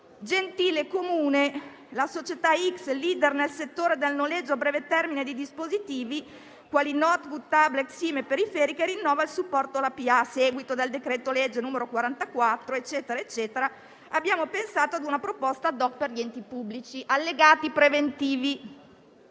«Gentile Comune, la società "x", *leader* nel settore del noleggio a breve termine di dispositivi quali *notebook*, *tablet*, SIM e periferiche, rinnova il supporto alla PA. A seguito del decreto-legge 1° aprile 2021, n. 44, abbiamo pensato a una proposta *ad hoc* per gli enti pubblici (allegati i preventivi)».